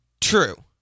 True